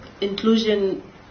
inclusion